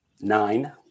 Nine